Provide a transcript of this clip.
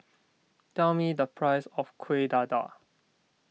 tell me the price of Kueh Dadar